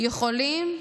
יכולים,